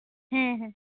ᱦᱮᱸ ᱦᱮᱸ